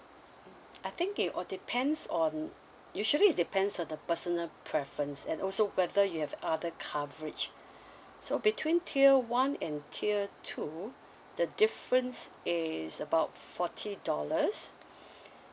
mm I think it or depends on usually it depends on the personal preference and also whether you have other coverage so between tier one and tier two the difference is about forty dollars